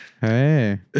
Hey